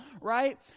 right